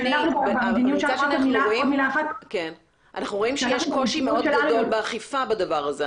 אנחנו רואים שיש קושי מאוד גדול באכיפה בנושא הזה.